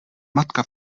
matka